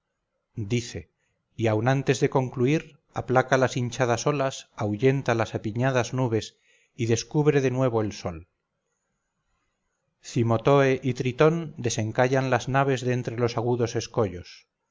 dice y aun antes de concluir aplaca las hinchadas olas ahuyenta las apiñadas nubes y descubre de nuevo el sol cimotoe y tritón desencallan las naves de entre los agudos escollo